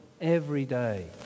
everyday